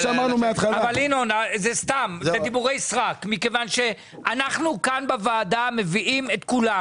אלה דיבורי סרק מכיוון שאנחנו כאן בוועדה מביאים את כולם